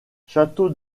château